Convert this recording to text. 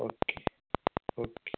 okay okay